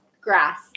grass